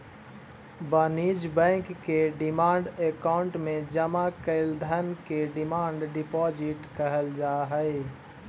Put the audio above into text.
वाणिज्य बैंक के demand account में जमा कैल धन के डिमांड डिपॉजिट कहल जा हई